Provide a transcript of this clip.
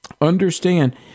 Understand